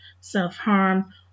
self-harm